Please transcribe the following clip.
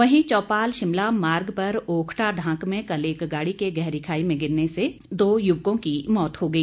वहीं चौपाल शिमला मार्ग पर ओखटा ढांक में कल एक गाड़ी के गहरी खाई में गिरने से दो युवकों की मौत हो गई